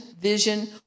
vision